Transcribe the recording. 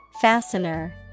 Fastener